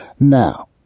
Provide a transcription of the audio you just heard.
Now